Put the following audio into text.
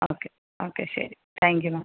okay okay ശരി thank you മാം